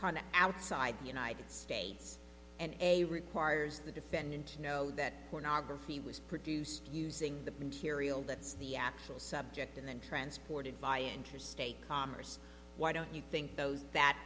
are outside the united states and a requires the defendant you know that pornography was produced using the material that's the actual subject and then transported by interstate commerce why don't you think those that